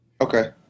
Okay